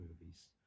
movies